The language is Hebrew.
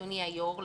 אדוני היו"ר,